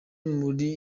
muri